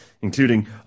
including